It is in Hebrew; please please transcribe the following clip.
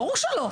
ברור שלא.